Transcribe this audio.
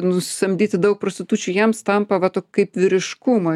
nusisamdyti daug prostitučių jiems tampa va tuo kaip vyriškumo